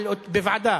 בוועדה.